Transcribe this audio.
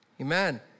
Amen